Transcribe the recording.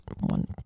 one